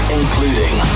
including